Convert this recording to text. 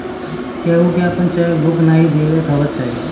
केहू के आपन चेक बुक नाइ देवे के चाही